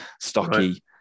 stocky